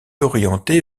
orientée